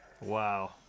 Wow